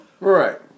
right